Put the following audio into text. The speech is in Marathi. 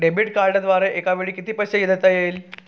डेबिट कार्डद्वारे एकावेळी किती पैसे देता येतात?